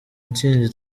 intsinzi